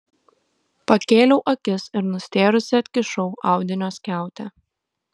pakėliau akis ir nustėrusi atkišau audinio skiautę